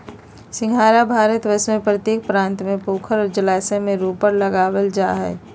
सिंघाड़ा भारतवर्ष के प्रत्येक प्रांत में पोखरा और जलाशय में रोपकर लागल जा हइ